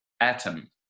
atom